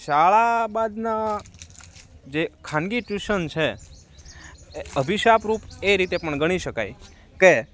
શાળા બાદના જે ખાનગી ટ્યુશન છે એ અભિશાપરૂપ એ રીતે પણ ગણી શકાય કે